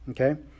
okay